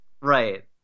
Right